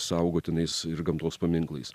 saugotinais ir gamtos paminklais